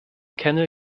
kennel